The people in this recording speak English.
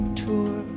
tour